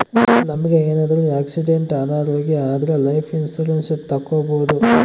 ನಮ್ಗೆ ಏನಾದ್ರೂ ಆಕ್ಸಿಡೆಂಟ್ ಅನಾರೋಗ್ಯ ಆದ್ರೆ ಲೈಫ್ ಇನ್ಸೂರೆನ್ಸ್ ತಕ್ಕೊಬೋದು